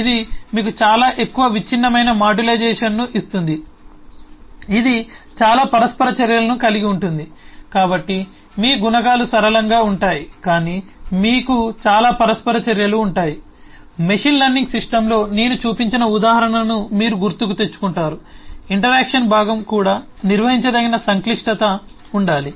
ఇది మీకు చాలా ఎక్కువ విచ్ఛిన్నమైన మాడ్యులైజేషన్ను ఇస్తుంది ఇది చాలా పరస్పర చర్యలను కలిగి ఉంటుంది కాబట్టి మీ గుణకాలు సరళంగా ఉంటాయి కానీ మీకు చాలా పరస్పర చర్యలు ఉంటాయి మెషీన్ లెర్నింగ్ సిస్టమ్లో నేను చూపించిన ఉదాహరణను మీరు గుర్తుకు తెచ్చుకుంటారు ఇంటరాక్షన్ భాగం కూడా నిర్వహించదగిన సంక్లిష్టత ఉండాలి